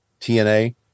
TNA